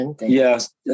Yes